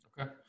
Okay